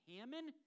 Hammond